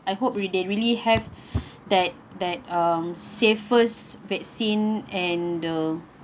I hope they really have that that um safest vaccine and the